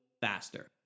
faster